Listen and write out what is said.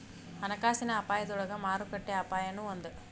ಹಣಕಾಸಿನ ಅಪಾಯದೊಳಗ ಮಾರುಕಟ್ಟೆ ಅಪಾಯನೂ ಒಂದ್